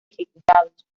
ejecutados